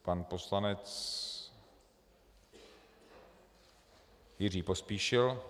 Pan poslanec Jiří Pospíšil.